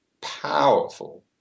powerful